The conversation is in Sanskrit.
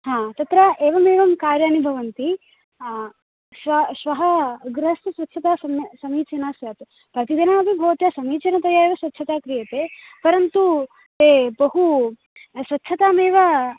हा तत्र एवमेवं कार्याणि भवन्ति श्वः गृ गृहस्य स्व स्वच्छता सम्य समीचिना स्यात् प्रतिदिनमपि भवत्या समीचिनतया एव स्वच्छता क्रियते परन्तु ते बहु स्वच्छतामेव